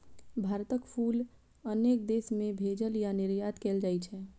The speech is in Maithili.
भारतक फूल अनेक देश मे भेजल या निर्यात कैल जाइ छै